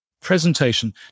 presentation